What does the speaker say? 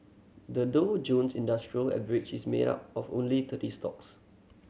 the Dow Jones Industrial Average is made up of only thirty stocks